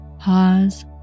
Pause